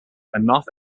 enough